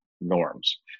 norms